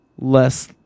less